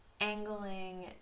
angling